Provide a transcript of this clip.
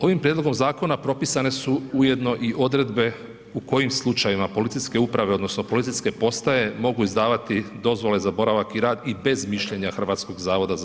Ovim prijedlogom zakona propisane su ujedno i odredbe u kojim slučajevima policijske uprave, odnosno policijske postaje mogu izdavati dozvole za boravak i rad i bez mišljenja HZZ-a.